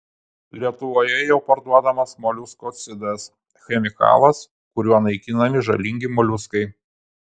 lietuvoje jau parduodamas moliuskocidas chemikalas kuriuo naikinami žalingi moliuskai